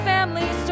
Family